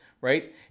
right